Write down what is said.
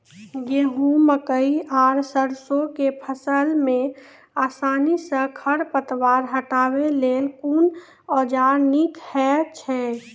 गेहूँ, मकई आर सरसो के फसल मे आसानी सॅ खर पतवार हटावै लेल कून औजार नीक है छै?